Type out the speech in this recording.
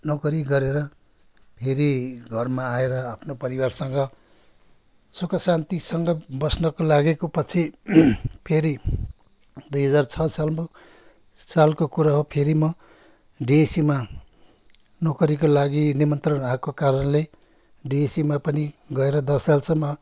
नोकरी गरेर फेरि घरमा आएर आफ्नो परिवारसँग सुखशान्तिसँग बस्नको लागेको पछि फेरि दुई हजार छः सालमा सालको कुरा हो फेरि म डिएसीमा नोकरीको लागि निमन्त्रणा आएको कारणले डिएसीमा पनि गएर दस सालसम्म